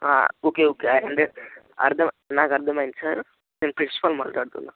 okay okay I under అర్ధం నాకు అర్ధం అయింది సార్ నేను ప్రిన్సిపల్ని మాట్లాడుతున్నా